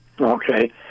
Okay